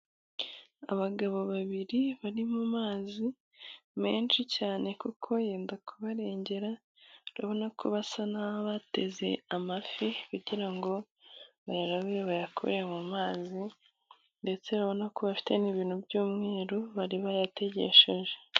Abbagabo babiri bari mu mazi menshi cyane kuko yenda kubarengera urabona ko basa n'abateze amafi kugira ngo bayarobe bayakure mu mazi ndetse babona ko bafite n'ibintu by'umweru bari bayategesheje.